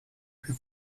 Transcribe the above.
più